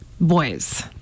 boys